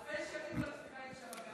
אלפי שנים פלסטינים שם.